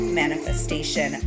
manifestation